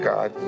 God